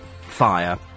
fire